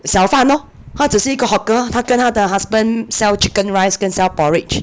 小贩 lor 她只是一个 hawker 她跟她的 husband sell chicken rice 跟 sell porridge